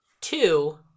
two